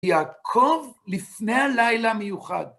יעקב לפני הלילה מיוחד.